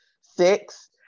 six